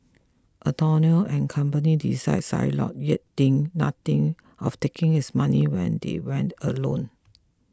Antonio and company deride Shylock yet think nothing of taking his money when they want a loan